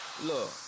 Look